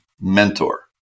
Mentor